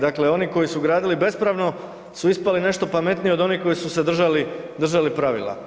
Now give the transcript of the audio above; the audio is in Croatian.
Dakle, oni koji su gradili bespravno su ispali nešto pametniji od onih koji su se držali pravila.